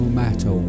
matter